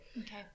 Okay